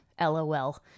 LOL